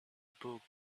book